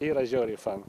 yra žiauriai faina